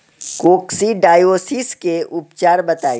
Coccidiosis के उपचार बताई?